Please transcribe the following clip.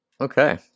Okay